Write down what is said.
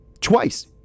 Twice